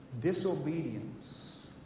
Disobedience